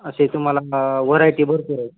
असे तुम्हाला व्हरायटी भरपूर